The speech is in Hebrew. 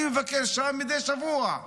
אני מבקר שם מדי שבוע.